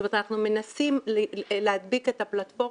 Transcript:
זאת אומרת אנחנו מנסים להדביק את הפלטפורמה